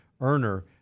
earner